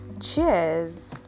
cheers